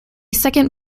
second